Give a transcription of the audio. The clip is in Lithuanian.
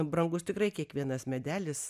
brangus tikrai kiekvienas medelis